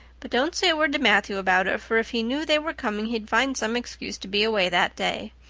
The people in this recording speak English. but don't say a word to matthew about it, for if he knew they were coming he'd find some excuse to be away that day.